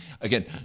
again